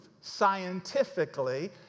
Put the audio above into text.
scientifically